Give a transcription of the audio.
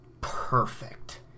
perfect